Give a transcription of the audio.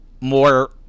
more